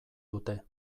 dute